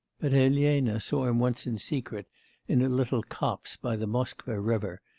but elena saw him once in secret in a little copse by the moskva river,